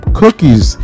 cookies